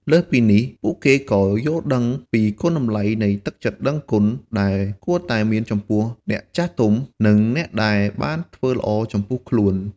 លើសពីនេះ ពួកគេក៏នឹងយល់ដឹងពីគុណតម្លៃនៃទឹកចិត្តដឹងគុណដែលគួរតែមានចំពោះអ្នកចាស់ទុំ និងអ្នកដែលបានធ្វើល្អចំពោះខ្លួន។